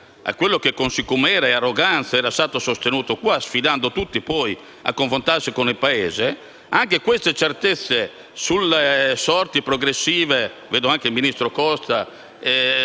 a quello che con sicumera e arroganza era stato sostenuto in questa sede, sfidando tutti a confrontarsi con il Paese, anche le certezze sulle sorti progressive - mi rivolgo anche al ministro Costa